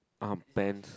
arm pants